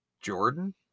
Jordan